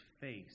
face